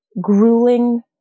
grueling